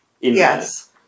yes